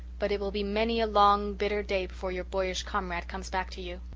but it will be many a long bitter day before your boyish comrade comes back to you.